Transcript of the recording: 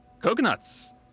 coconuts